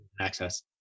access